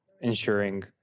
ensuring